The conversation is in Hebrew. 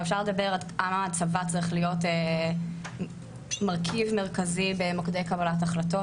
אפשר לדבר עד כמה הצבא צריך להיות מרכיב מרכזי במוקדי קבלת החלטות,